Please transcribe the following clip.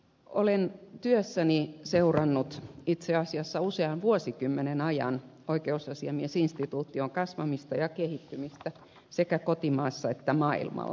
olen työssäni seurannut usean vuosikymmenen ajan oikeusasiamiesinstituution kasvamista ja kehittymistä sekä kotimaassa että maailmalla